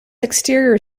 exterior